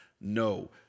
no